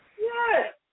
Yes